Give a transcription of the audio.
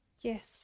Yes